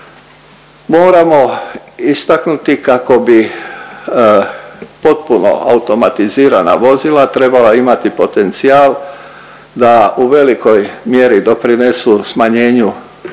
Moramo istaknuti kako bi potpuno automatizirana vozila trebala imati potencijal da u velikoj mjeri doprinesu smanjenju